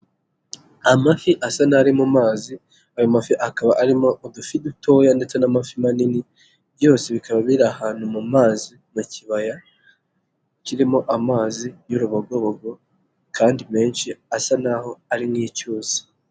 Amafi asa n'ari mu mazi ayo mafi akaba arimo udufi dutoya ndetse n'amafi manini byose bikaba biri ahantu mu mazi mu kibaya kirimo amazi y'urubogobo kandi menshi asa naho ari nk'icyuzi.